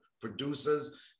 producers